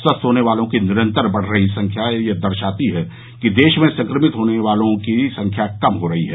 स्वस्थ होने वालों की निरंतर बढ़ रही संख्या दर्शाती है कि देश में संक्रमित होने वालों की संख्या कम हो रही है